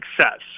success